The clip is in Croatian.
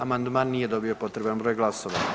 Amandman nije dobio potreban broj glasova.